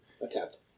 attempt